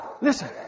listen